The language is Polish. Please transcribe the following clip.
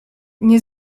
nie